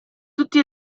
tutti